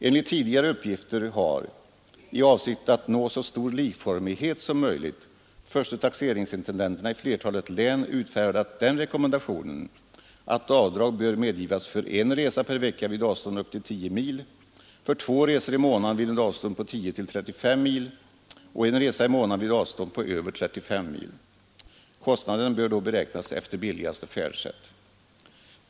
Enligt tidigare uppgifter har, i avsikt att nå så stor likformighet som möjligt, förste taxeringsintendenterna i flertalet län utfärdat den rekommendationen att avdrag bör medgivas för en resa per vecka vid avstånd upp till 10 mil, för två resor i månaden vid ett avstånd på 10—35 mil och en resa i månaden vid avstånd på över 35 mil. Kostnaden bör då beräknas efter billigaste färdsätt.